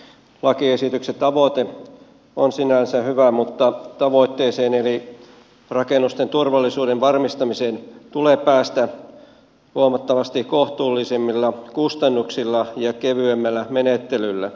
lakiesityksen tavoite on sinänsä hyvä mutta tavoitteeseen eli rakennusten turvallisuuden varmistamiseen tulee päästä huomattavasti kohtuullisemmilla kustannuksilla ja kevyemmällä menettelyllä